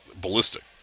ballistic